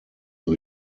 new